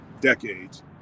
decades